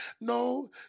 No